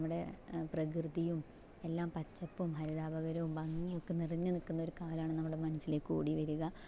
നമ്മുടെ പ്രകൃതിയും എല്ലാം പച്ചപ്പും ഹരിതാഭകരവും ഭംഗിയൊക്കെ നിറഞ്ഞ് നിക്കുന്ന ഒരു കാലാണ് നമ്മുടെ മനസ്സിലേക്ക് ഓടി വരിക